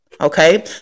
Okay